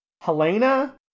Helena